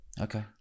Okay